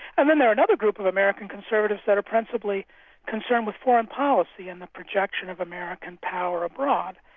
and then there are another group of american conservatives that are principally concerned with foreign policy and the projection of american power abroad.